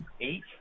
eight